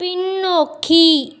பின்னோக்கி